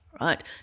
right